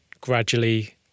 gradually